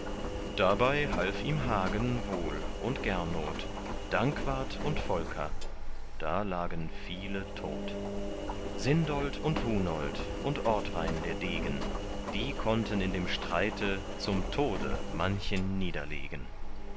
dabei half ihm hagen wohl und gernot dankwart und volker da lagen viele tot sindold und hunold und ortwein der degen die konnten in dem streite zum tode manchen niederlegen